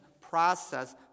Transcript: process